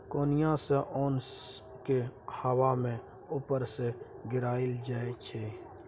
कोनियाँ सँ ओन केँ हबा मे उपर सँ गिराएल जाइ छै